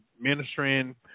ministering